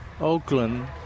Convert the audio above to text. oakland